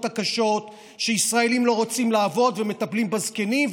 הקשות שישראלים לא רוצים לעשות: מטפלים בזקנים,